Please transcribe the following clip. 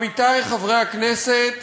עמיתי חברי הכנסת,